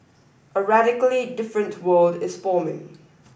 a radically different world is forming